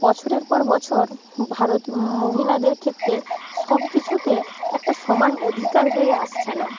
বছরের পর বছর ভারতে মহিলাদের ক্ষেত্রে সবকিছুতে একটা সমান অধিকার হয়ে আসছে না